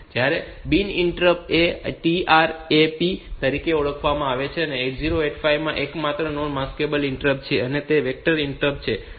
જ્યારે બીજી interrupt pin છે જે TRAP તરીકે ઓળખાય છે અને 8085 માં આ એકમાત્ર નોન માસ્કેબલ ઈન્ટરપ્ટ છે અને તે વેક્ટર ઈન્ટરપ્ટ પણ છે